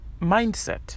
mindset